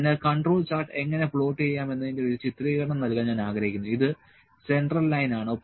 അതിനാൽ control chart എങ്ങനെ plot ചെയ്യാം എന്നതിന്റെ ഒരു ചിത്രീകരണം നൽകാൻ ഞാൻ ആഗ്രഹിക്കുന്നു ഇത് സെൻട്രൽ ലൈൻ ആണ്